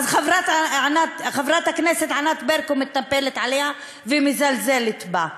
אז חברת הכנסת ענת ברקו מתנפלת עליה ומזלזלת בה.